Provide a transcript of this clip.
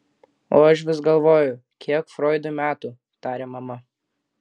o aš vis galvoju kiek froidui metų tarė mama